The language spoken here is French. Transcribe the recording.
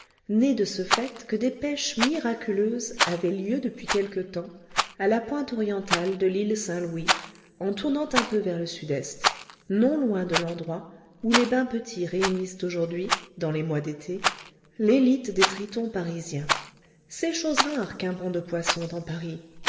née de ce fait que des pêches miraculeuses avaient lieu depuis quelque temps à la pointe orientale de l'ile saint-louis en tournant un peu vers le sud-est non loin de l'endroit où les bains petit réunissent aujourd'hui dans les mois d'été l'élite des tritons parisiens c'est chose rare qu'un banc de poisson dans paris